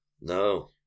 No